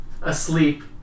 asleep